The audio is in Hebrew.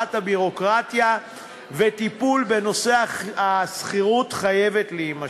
הביורוקרטיה ולטיפול בנושא השכירות חייבת להימשך.